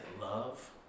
love